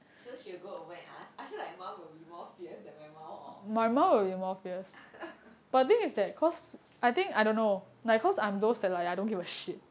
so she will go over and ask I feel like your mum will be more fierce than your mum hor